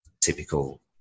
typical